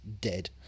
dead